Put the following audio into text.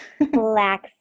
Black